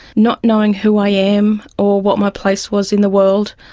not knowing who i am or what my place was in the world.